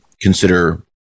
consider